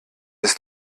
ist